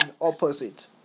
opposite